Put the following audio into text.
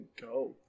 go